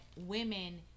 women